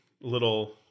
little